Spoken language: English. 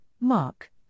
Mark